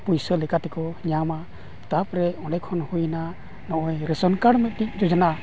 ᱯᱩᱭᱥᱟᱹ ᱞᱮᱠᱟ ᱛᱮᱠᱚ ᱧᱟᱢᱟ ᱛᱟᱨᱯᱚᱨᱮ ᱚᱸᱰᱮᱠᱷᱚᱱ ᱦᱩᱭᱮᱱᱟ ᱱᱚᱜᱼᱚᱭ ᱨᱮᱥᱚᱱ ᱠᱟᱨᱰ ᱢᱤᱫᱴᱤᱡ ᱡᱳᱡᱚᱱᱟ